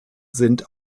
sind